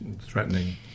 threatening